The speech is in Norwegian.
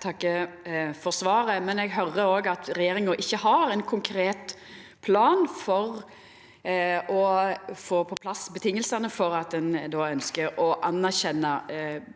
takkar for svaret. Eg høyrer at regjeringa ikkje har ein konkret plan for å få på plass vilkåra for at ein ønskjer å anerkjenna